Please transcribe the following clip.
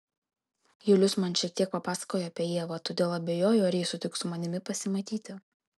julius man šiek tiek papasakojo apie ievą todėl abejoju ar ji sutiks su manimi pasimatyti